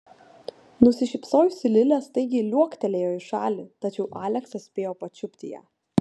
nusišypsojusi lilė staigiai liuoktelėjo į šalį tačiau aleksas spėjo pačiupti ją